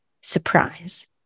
surprise